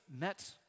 met